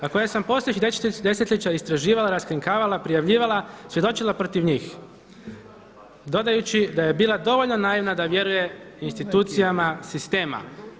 A koje sam posljednjih desetljeća istraživala, raskrinkavala, prijavljivala, svjedočila protiv njih.“ Dodajući da je bila dovoljno naivna da vjeruje institucijama sistema.